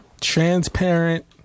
Transparent